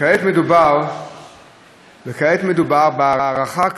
וכעת מדובר בהארכה קצרה,